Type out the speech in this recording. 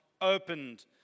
opened